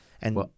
And-